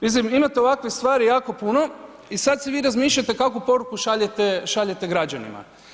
Mislim imate ovakvih stvari jako puno i sad si vi razmišljate kakvu poruku šaljete građanima.